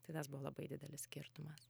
tai tas buvo labai didelis skirtumas